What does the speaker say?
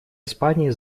испании